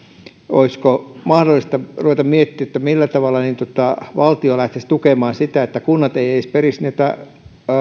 olisiko mahdollista ruveta miettimään millä tavalla valtio lähtisi tukemaan sitä että kunnat eivät edes perisi näitä